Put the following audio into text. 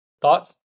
Thoughts